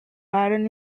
iron